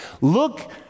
Look